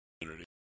community